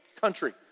country